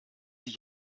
ich